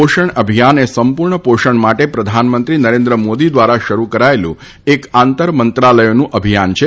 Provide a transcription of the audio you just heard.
પોષણ અભિયાન એ સંપૂર્ણ પોષણ માટે પ્રધાનમંત્રી નરેન્દ્ર મોદી દ્વારા શરૂ કરાયેલું એક આંતર મંત્રાલયોનું અભિયાન છે